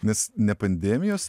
nes ne pandemijos